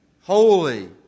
holy